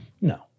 No